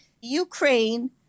Ukraine